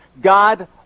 God